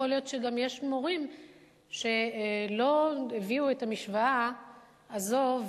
יכול להיות שיש גם מורים שלא הביאו את המשוואה הזאת,